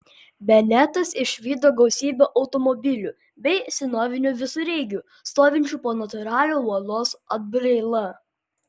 benetas išvydo gausybę automobilių bei senovinių visureigių stovinčių po natūralia uolos atbraila